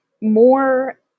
more